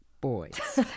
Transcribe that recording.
boys